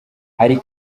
hari